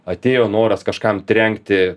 atėjo noras kažkam trenkti